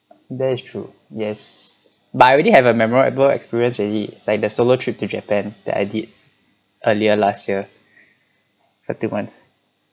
that is true yes but I already have a memorable experience already it's like the solo trip to japan that I did earlier last year for two months